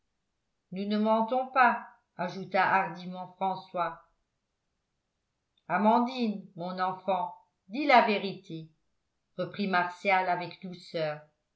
nous ne mentons pas ajouta hardiment françois amandine mon enfant dis la vérité reprit martial avec douceur